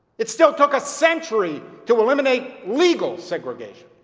it still took a century to eliminate legal segregation.